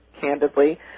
candidly